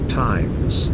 times